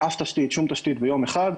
אף תשתית, שום תשתית, ביום אחד,